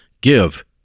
give